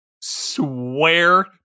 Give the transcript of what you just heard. swear